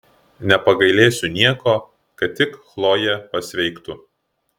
nepagailėsiu nieko kad tik chlojė pasveiktų